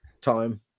time